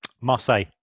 Marseille